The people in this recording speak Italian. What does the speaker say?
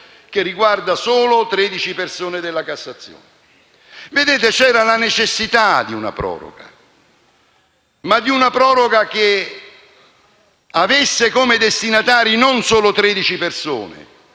che riguarda solo 13 persone della Corte di cassazione. La necessità di una proroga c'era, ma di una proroga che avesse come destinatari non solo 13 persone,